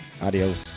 Adios